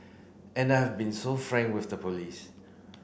and I have been so frank with the police